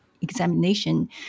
examination